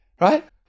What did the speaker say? Right